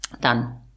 done